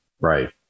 right